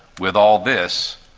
with all this,